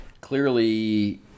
Clearly